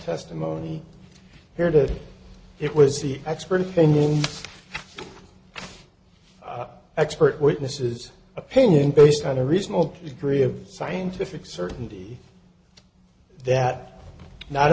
testimony here to it was the expert opinion expert witnesses opinion based on a reasonable degree of scientific certainty that not